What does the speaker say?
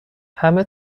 همه